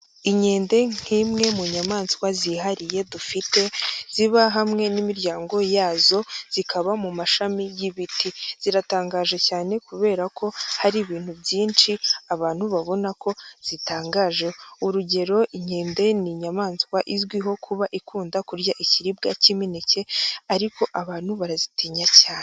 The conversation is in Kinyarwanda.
Inkende nk'imwe mu nyamaswa zihariye dufite ziba hamwe n'imiryango yazo, zikaba mu mashami y'ibiti. Ziratangaje cyane kubera ko hari ibintu byinshi abantu babona ko zitangajeho. Urugero inkende ni inyamaswa izwiho kuba ikunda kurya ikiribwa cy'imineke ariko abantu barazitinya cyane.